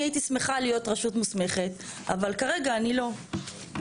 אני הייתי שמחה להיות רשות מוסמכת אבל כרגע אני לא.